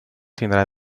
tindrà